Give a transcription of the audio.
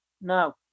No